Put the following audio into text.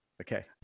Okay